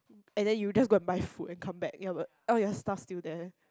and then you just go and buy food and come back ya but all your stuff still there